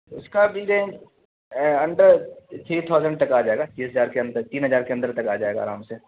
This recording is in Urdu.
اس کا بھی رینج انڈر تھری تھاؤزنٹ تک آ جائے گا تیس ہزار کے اندر تین ہزار کے اندر تک آ جائے گا آرام سے